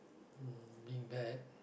mm being bad